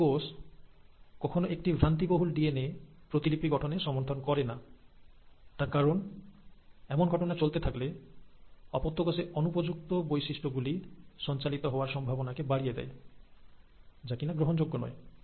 একটি কোষ কখনো একটি ত্রুটিপূর্ণ ডিএনএর প্রতিলিপি গঠনে সমর্থন করেনা তার কারণ এমন ঘটনা চলতে থাকলে অপত্য কোষে অনুপযুক্ত বৈশিষ্ট্য গুলি সঞ্চালিত হওয়ার সম্ভাবনাকে বাড়িয়ে দেয় যা কিনা গ্রহণযোগ্য নয়